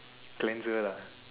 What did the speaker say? cleanser lah